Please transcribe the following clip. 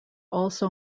also